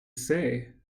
say